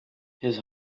his